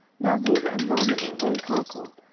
now zebah and zalmunna were in karkor,